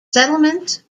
settlements